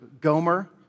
Gomer